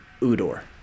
UDOR